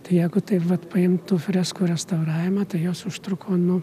tai jeigu taip vat paimtų freskų restauravimą tai jos užtruko nu